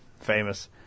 famous